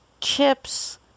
chips